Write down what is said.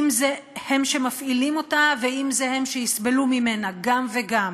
אם הם שמפעילים אותה ואם הם שיסבלו ממנה, גם וגם.